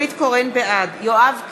בעד יואב קיש,